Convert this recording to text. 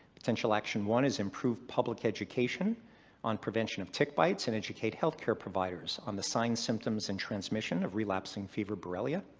potential action one is, improve public education on prevention of tick bites and educate healthcare providers on the signs, symptoms, and transmission of relapsing fever borrelia.